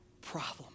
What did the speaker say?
problem